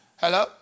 Hello